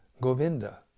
Govinda